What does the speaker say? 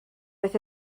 beth